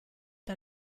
der